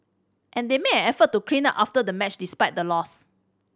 and they made effort to clean up after the match despite the loss